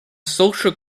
social